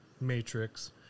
matrix